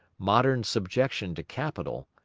modern subjection to capital,